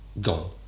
gone